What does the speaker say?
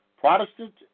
Protestant